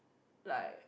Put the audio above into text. like